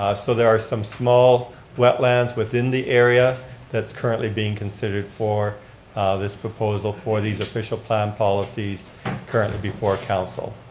ah so there are some small wetlands within the area that's currently being considered for this proposal for these official plan policies currently before council.